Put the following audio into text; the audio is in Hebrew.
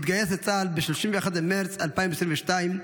התגייס לצה"ל ב-31 במרץ 2022,